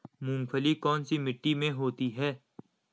मूंगफली कौन सी मिट्टी में होती है?